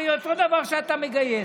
הרי אותו דבר שאתה מגייס,